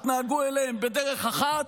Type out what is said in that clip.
התנהגו אליהם בדרך אחת,